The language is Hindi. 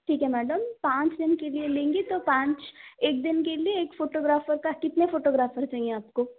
ठीक है मैडम पाँच दिन के लिए लेंगे तो पाँच दिन का एक फोटोग्राफर का कितने फोटोग्राफर चाहिए आपको